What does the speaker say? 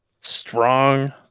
strong